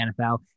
NFL